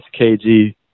KG